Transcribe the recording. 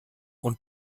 und